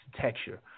texture